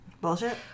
Bullshit